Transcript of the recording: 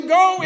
go